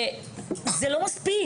זה לא מספיק.